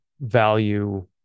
value